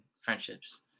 friendships